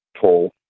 toll